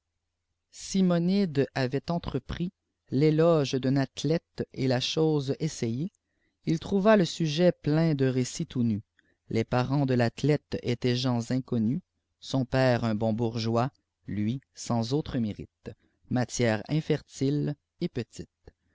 simonide avait aitrepris l'éloge d'un athlète et la chose essayée il trouva le'sujet plein de récits tout nus les parents de l'athlète étaient gens inconnus son père un bon bourgeois lui sans autre mérite matière infertile et petite